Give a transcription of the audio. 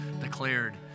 declared